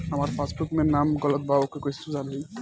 हमार पासबुक मे नाम गलत बा ओके कैसे सुधार होई?